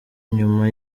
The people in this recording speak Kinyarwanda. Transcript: nyuma